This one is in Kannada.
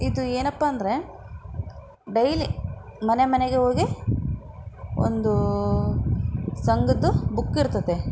ಇದು ಏನಪ್ಪ ಅಂದರೆ ಡೈಲಿ ಮನೆ ಮನೆಗೆ ಹೋಗಿ ಒಂದು ಸಂಘದ್ದು ಬುಕ್ ಇರ್ತದೆ